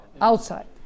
outside